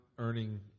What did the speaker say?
earning